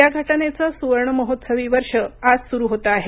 या घटनेचं सुवर्ण महोत्सवी वर्ष आज सुरू होतं आहे